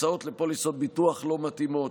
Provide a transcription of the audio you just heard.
הצעות לפוליסות ביטוח לא מתאימות,